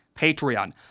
Patreon